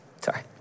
Sorry